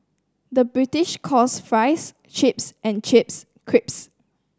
the British calls fries chips and chips creeps